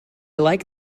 like